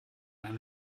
eine